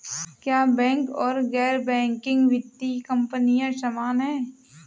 क्या बैंक और गैर बैंकिंग वित्तीय कंपनियां समान हैं?